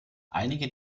einige